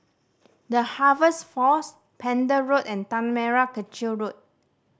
The Harvest Force Pender Road and Tanah Merah Kechil Road